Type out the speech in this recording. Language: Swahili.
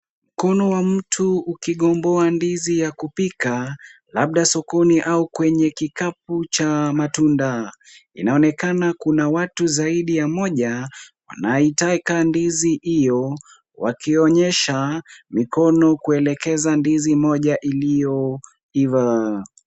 Mkono wa mtu ukigomboa ndizi ya kupika, labda sokoni au kwenye kikapu cha matunda. Inaonekana kuna watu zaidi ya mmoja wanaitaka ndizi hiyo, wakionyesha mikono kuelekeza ndizi moja iliyoiva.